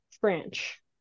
French